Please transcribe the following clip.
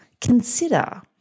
Consider